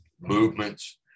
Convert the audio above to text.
movements